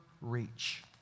reach